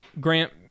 grant